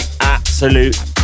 absolute